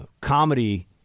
comedy